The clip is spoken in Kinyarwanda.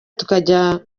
tukajya